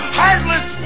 heartless